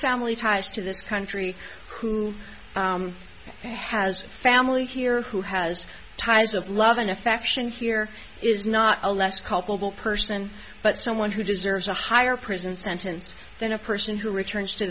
family ties to this country who has family here who has ties of love and affection here is not a less culpable person but someone who deserves a higher prison sentence than a person who returns to